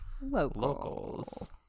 locals